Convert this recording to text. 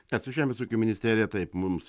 ne su žemės ūkio ministerija taip mums